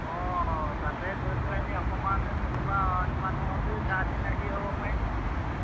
অঁ তাতে গৈ পেলানি অকণমান কোনোবা অইন মানুহকেই চা চিনাকী হ'ব পাৰিম